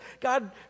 God